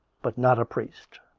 but not a priest.